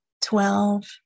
twelve